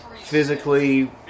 physically